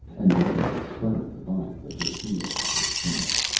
and valeria spurned the body with her heel as it fell.